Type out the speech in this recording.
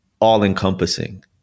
all-encompassing